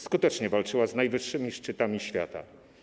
Skutecznie walczyła z najwyższymi szczytami świata.